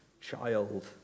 child